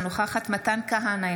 אינה נוכחת מתן כהנא,